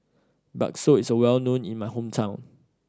bakso is well known in my hometown